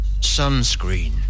sunscreen